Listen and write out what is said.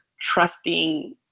trusting